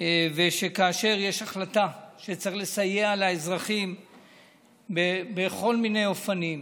יש החלטה שצריך לסייע לאזרחים בכל מיני אופנים,